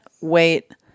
wait